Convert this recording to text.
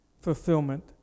fulfillment